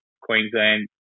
Queensland